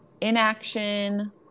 inaction